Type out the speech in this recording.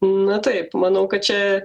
na taip manau kad čia